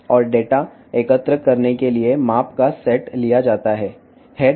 మరియు డేటాను సేకరించడానికి కొలతల సమితి తీసుకోబడింది